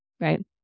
right